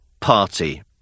party